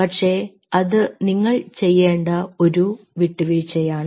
പക്ഷേ അത് നിങ്ങൾ ചെയ്യേണ്ട ഒരു വിട്ടുവീഴ്ചയാണ്